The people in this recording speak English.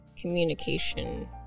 communication